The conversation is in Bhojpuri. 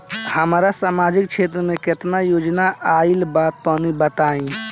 हमरा समाजिक क्षेत्र में केतना योजना आइल बा तनि बताईं?